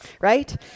right